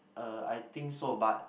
uh I think so but